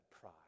pride